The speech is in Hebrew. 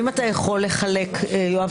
הישיבה ננעלה בשעה 13:00.